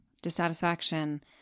dissatisfaction